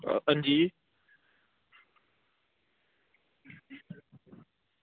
अंजी